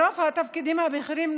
ברוב התפקידים הבכירים,